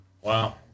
Wow